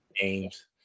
games